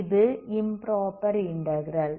இது improper integral